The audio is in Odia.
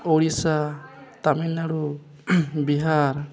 ଓଡ଼ିଶା ତାମିଲନାଡ଼ୁ ବିହାର